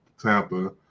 Tampa